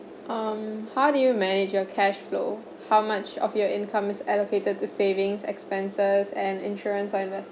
um how do you manage your cash flow how much of your income is allocated to savings expenses and insurance or investment